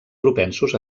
propensos